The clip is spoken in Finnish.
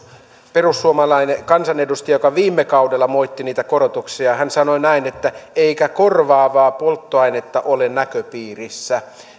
perussuomalaista kansanedustajaa joka viime kaudella moitti niitä korotuksia hän sanoi näin että eikä korvaavaa polttoainetta ole näköpiirissä